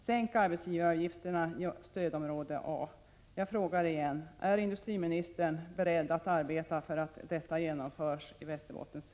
Sänk arbetsgivaravgifterna i stödområde A! Jag frågar: Är industriministern beredd att arbeta för att detta genomförs i Västerbottens län?